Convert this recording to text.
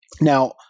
Now